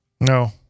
No